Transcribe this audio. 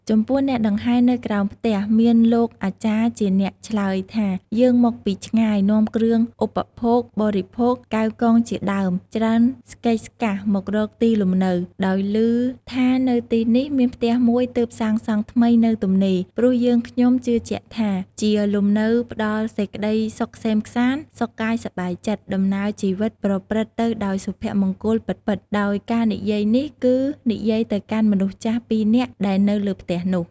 ចំពោះអ្នកដង្ហែនៅក្រោមផ្ទះ មានលោកអាចារ្យជាអ្នកឆ្លើយថា "យើងមកពីឆ្ងាយ នាំគ្រឿងឧបភោគបរិភោគ កែវកងជាដើម ច្រើនស្កេកស្កាស់មករកទីលំនៅ ដោយឮថានៅទីនេះ មានផ្ទះមួយទើបសាងសង់ថ្មីនៅទំនេរ ព្រោះយើងខ្ញុំជឿជាក់ថា ជាលំនៅផ្តល់សេចក្ដីសុខក្សេមក្សាន្ត សុខកាយសប្បាយចិត្ត ដំណើរជីវិតប្រព្រឹត្តទៅដោយសុភមង្គលពិតៗ ” ដោយការនិយាយនេះគឺនិយាយទៅកាន់មនុស្សចាស់ពីរនាកដែលនៅលើផ្ទះនោះ។